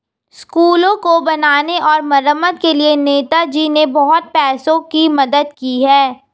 स्कूलों को बनाने और मरम्मत के लिए नेताजी ने बहुत पैसों की मदद की है